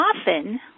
often